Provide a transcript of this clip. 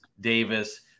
Davis